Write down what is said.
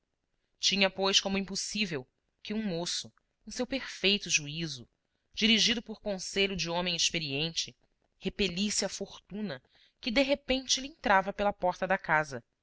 tinha pois como impossível que um moço em seu perfeito juízo dirigido por conselho de homem experiente repelisse a fortuna que de repente lhe entrava pela porta da casa